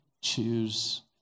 choose